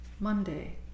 Monday